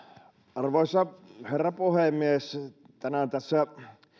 arvoisa herra puhemies tänään tässä